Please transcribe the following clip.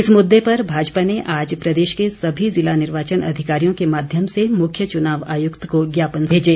इस मुद्दे पर भाजपा ने आज प्रदेश के सभी ज़िला निर्वाचन अधिकारियों के माध्यम से मुख्य चुनाव आयुक्त को ज्ञापन भेजे